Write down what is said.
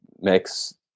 makes